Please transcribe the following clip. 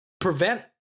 prevent